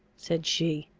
said she.